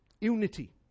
Unity